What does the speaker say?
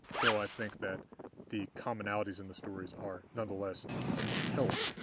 though i think that the commonalities in the stories are nonetheless compelling,